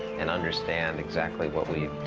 and understand exactly what we'd